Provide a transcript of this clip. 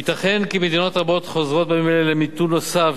ייתכן כי מדינות רבות חוזרות בימים אלה למיתון נוסף,